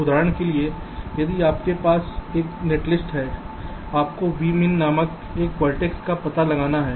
उदाहरण के लिए आपके पास एक नेटलिस्ट है आपने V min नामक एक वर्टेक्स का पता लगाया है